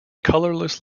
colourless